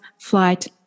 flight